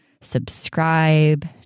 subscribe